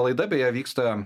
laida beje vyksta